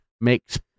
makes